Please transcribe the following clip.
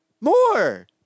more